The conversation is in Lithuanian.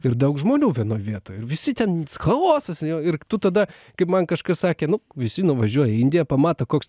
ir daug žmonių vienoj vietoj visi ten chaosas ir tu tada kai man kažkas sakė nu visi nuvažiuoja į indiją pamato koks